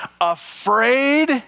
afraid